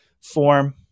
form